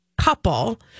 couple